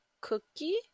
cookie